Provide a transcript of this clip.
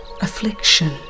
affliction